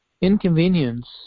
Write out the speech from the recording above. inconvenience